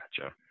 Gotcha